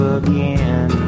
again